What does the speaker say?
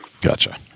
Gotcha